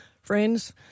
friends